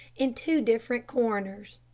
in two different corners.